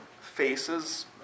faces